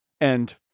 And-